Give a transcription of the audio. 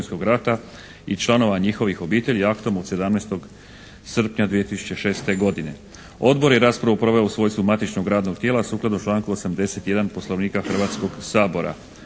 i članova njihovih obitelji aktom od 17. srpnja 2006. godine. Odbor je raspravu proveo u svojstvu matičnog radnog tijela sukladno članku 81. Poslovnika Hrvatskog sabora.